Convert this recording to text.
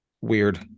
weird